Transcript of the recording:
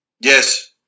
Yes